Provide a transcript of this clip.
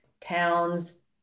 towns